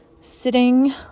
sitting